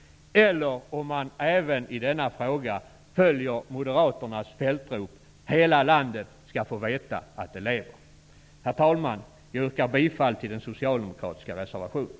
Eller kommer de även i denna fråga att följa moderaternas fältrop: ''Hela landet skall få veta att det lever!''? Herr talman! Jag yrkar bifall till den socialdemokratiska reservationen.